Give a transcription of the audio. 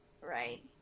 Right